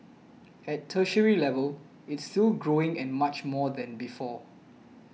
at tertiary level it's still growing and much more than before